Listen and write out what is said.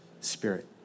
spirit